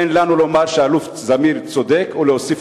אין לנו אלא לומר שהאלוף זמיר צודק ולהוסיף,